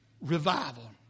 revival